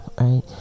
right